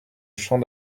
champ